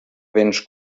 béns